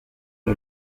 une